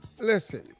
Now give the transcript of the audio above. listen